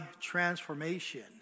transformation